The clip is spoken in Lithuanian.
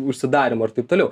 užsidarymo ir taip toliau